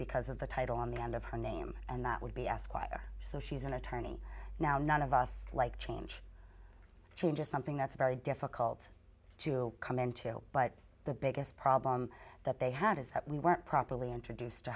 because of the title on the end of her name and that would be asked why so she's an attorney now none of us like change change is something that's very difficult to come into but the biggest problem that they had is that we weren't properly introduced to